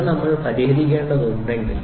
ഇവ നമ്മൾ പരിഹരിക്കേണ്ടതുണ്ടെങ്കിൽ